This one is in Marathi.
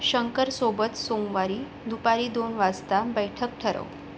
शंकरसोबत सोमवारी दुपारी दोन वाजता बैठक ठरव